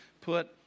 Put